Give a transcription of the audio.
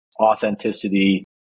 authenticity